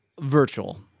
virtual